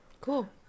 Cool